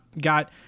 got